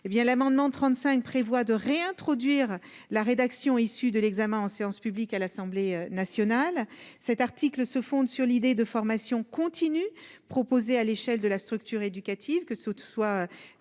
l'amendement 35 prévoit de réintroduire la rédaction issue de l'examen en séance publique à l'Assemblée nationale cet article se fonde sur l'idée de formation continue proposée à l'échelle de la structure éducative, que ce soit